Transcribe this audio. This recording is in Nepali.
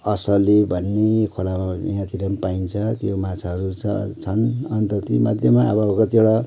असले भन्ने खोलामा यहाँतिर पनि पाइन्छ त्यो माछाहरू छ छन् अन्त तीमध्येमा अब कतिवटा